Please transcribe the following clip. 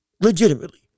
Legitimately